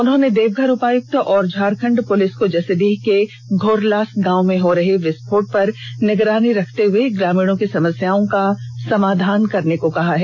उन्होंने देवघर उपायुक्त और झारखण्ड पुलिस को जसीडीह के घोरलास गांव में हो रहे विस्फोट पर निगरानी रखते हुए ग्रामीणों की समस्याओं का समाधान करने को कहा है